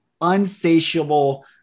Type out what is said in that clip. unsatiable